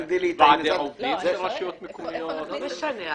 ועדי עובדים של רשויות מקומיות --- איפה נכניס את זה?